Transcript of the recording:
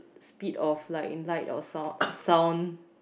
speed of light in light or sound sound